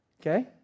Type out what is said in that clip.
okay